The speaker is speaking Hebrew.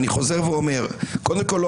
אני חוזר ואומר: קודם כל לא